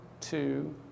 two